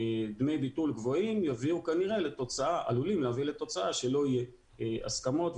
דמי ביטול גבוהים עלולים להביא לתוצאה שלא יהיו הסכמות,